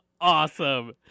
awesome